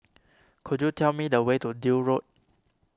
could you tell me the way to Deal Road